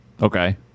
Okay